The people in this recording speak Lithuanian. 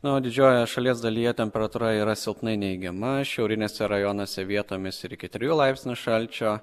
nu o didžiojoje šalies dalyje temperatūra yra silpnai neigiama šiauriniuose rajonuose vietomis ir iki trijų laipsnių šalčio